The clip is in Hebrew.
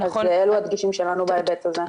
אז אלו הדגשים שלנו בהיבט הזה.